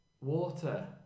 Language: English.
Water